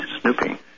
snooping